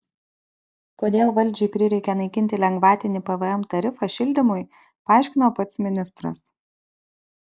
kodėl valdžiai prireikė naikinti lengvatinį pvm tarifą šildymui paaiškino pats ministras